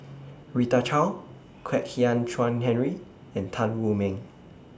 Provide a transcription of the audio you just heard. Rita Chao Kwek Hian Chuan Henry and Tan Wu Meng